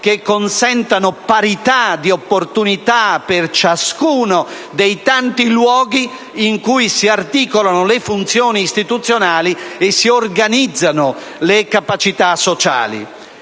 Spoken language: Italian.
che consentano parità di opportunità per ciascuno dei tanti luoghi in cui si articolano le funzioni istituzionali e si organizzano le capacità sociali.